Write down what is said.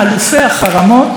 אלופי החרמות,